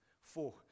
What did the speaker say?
four